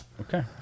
Okay